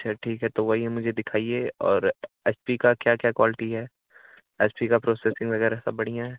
अच्छा ठीक है तो वही मुझे दिखाइए और एच पी की क्या क्या क्वालिटी है एच पी की प्रोसेसिंग वग़ैरह सब बढ़िया है